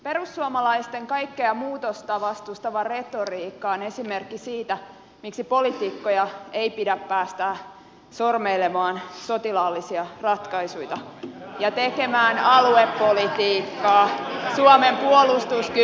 perussuomalaisten kaikkea muutosta vastustava retoriikka on esimerkki siitä miksi poliitikkoja ei pidä päästää sormeilemaan sotilaallisia ratkaisuja ja tekemään aluepolitiikkaa suomen puolustuskyvyn kustannuksella